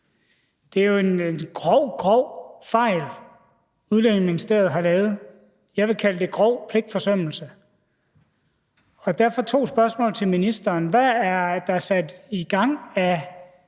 Det er jo en grov, grov fejl, Udlændinge- og Integrationsministeriet har lavet. Jeg vil kalde det grov pligtforsømmelse. Derfor har jeg to spørgsmål til ministeren: Hvad er der sat i gang af